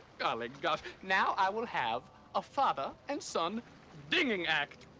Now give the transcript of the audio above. golly gosh, now i will have a father and son dinging act.